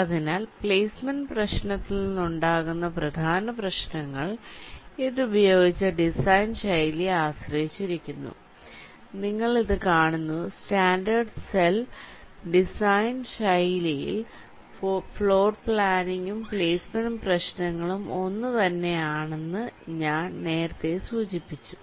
അതിനാൽ പ്ലെയ്സ്മെന്റ് പ്രശ്നത്തിൽ നിന്ന് ഉണ്ടാകുന്ന പ്രധാന പ്രശ്നങ്ങൾ ഇത് ഉപയോഗിച്ച ഡിസൈൻ ശൈലിയെ ആശ്രയിച്ചിരിക്കുന്നു നിങ്ങൾ ഇത് കാണുന്നു സ്റ്റാൻഡേർഡ് സെൽ ഡിസൈൻ ശൈലിയിൽ ഫ്ലോർപ്ലാനിംഗും പ്ലെയ്സ്മെന്റ് പ്രശ്നങ്ങളും ഒന്നുതന്നെയാണെന്ന് ഞാൻ നേരത്തെ സൂചിപ്പിച്ചു